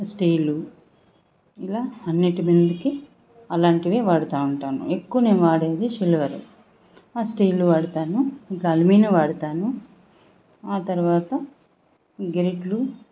steel ఇలా అన్నింటి విందుకి అలాంటివే వాడతు వుంటాను ఎక్కువ నేను వాడేది సిల్వరు స్టీలు వాడతాను గల్మినా వాడతాను ఆ తరవాత గరిట్లు